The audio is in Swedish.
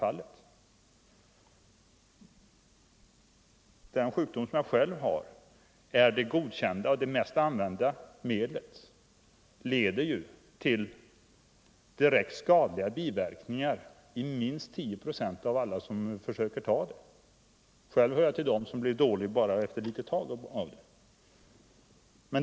För den sjukdom som jag själv har leder det godkända och mest använda medlet till direkt skadliga biverkningar för minst 10 procent av dem som försöker ta det. Själv hör jag till dem som blir dåliga efter bara en kort tids användning.